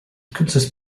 consists